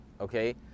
okay